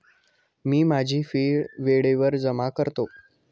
मी माझी फी वेळेवर जमा करतो